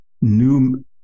New